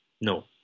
No